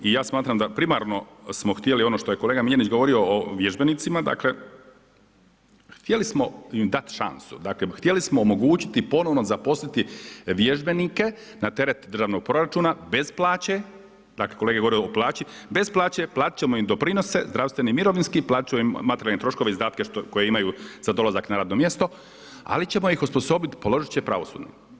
I ja smatram da primarno smo htjeli ono što je kolega Miljenić govorio o vježbenicima, dakle htjeli smo im dati šansu, dakle htjeli smo omogućiti ponovno zaposliti vježbenike na teret državnog proračuna bez plaće, dakle kolege govore o plaći, bez plaće, platiti ćemo im doprinose, zdravstveni i mirovinski, platiti ćemo im materijalne troškove, izdatke koje imaju za dolazak na radno mjesto, ali ćemo ih osposobiti, položiti će pravosudni.